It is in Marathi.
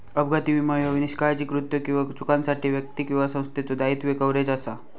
अपघाती विमो ह्यो निष्काळजी कृत्यो किंवा चुकांसाठी व्यक्ती किंवा संस्थेचो दायित्व कव्हरेज असा